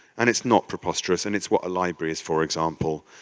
and it's not preposterous, and it's what a library is for example.